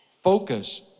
Focus